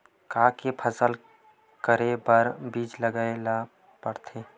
का के फसल करे बर बीज लगाए ला पड़थे?